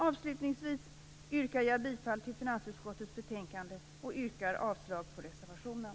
Avslutningsvis yrkar jag bifall till hemställan i finansutskottets betänkande och avslag på reservationen.